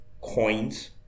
coins